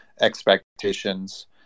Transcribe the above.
expectations